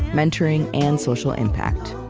mentoring, and social impact.